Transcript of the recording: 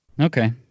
okay